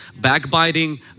backbiting